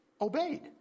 obeyed